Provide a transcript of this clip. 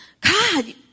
God